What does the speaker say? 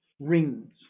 rings